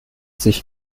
sich